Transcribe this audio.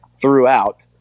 throughout